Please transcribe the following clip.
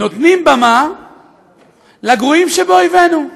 נותנים במה לגרועים שבאויבינו.